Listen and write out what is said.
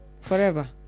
Forever